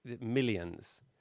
millions